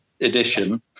edition